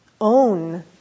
own